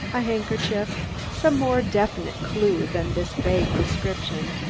a handkerchief, some more definite clew than this vague description.